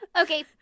Okay